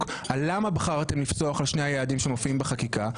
על למה בחרתם לפסוח על שני היעדים שמופיעים בחקיקה?